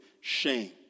shame